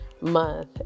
month